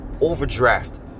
overdraft